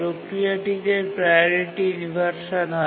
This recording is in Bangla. প্রক্রিয়াটিতে প্রাওরিটি ইনভারশান হয়